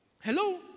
Hello